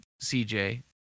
cj